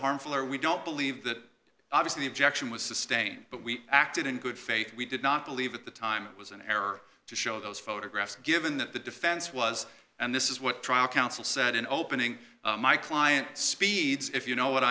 harmful or we don't believe that obviously the objection was sustained but we acted in good faith we did not believe at the time time was an error to show those photographs given that the defense was and this is what trial counsel said in opening my client speeds if you know what